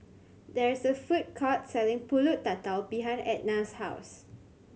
there is a food court selling Pulut Tatal behind Etna's house